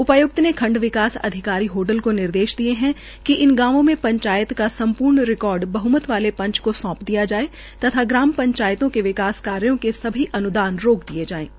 उपाय्क्त ने खंड विकास अधिकारी होडल को निर्देश दिए है कि इन गांवों में पंचायत का सम्पूर्ण रिकार्ड बह्मत वाले पंच को सौंप दिया जाये तथा ग्राम पंचायतों के विकास कार्यो के सभी अन्दान रोक दिए जाये